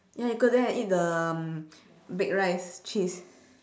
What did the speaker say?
ya you go there and eat the um baked rice cheese